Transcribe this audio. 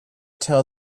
tell